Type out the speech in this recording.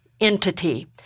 entity